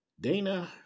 Dana